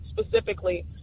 specifically